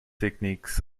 techniques